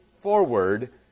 forward